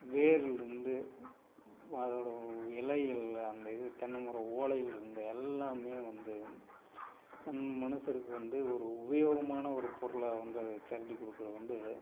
வேரிலிருந்து அதோடய இலைகள் அந்த இது தென்னை மரம் ஓலைகள் இருந்து எல்லாமே வந்து நம் மனதிற்கு வந்து ஒரு உபயோகமான ஒரு பொருளாக வந்து அது தெரட்டி கொடுக்குறது வந்து